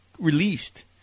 released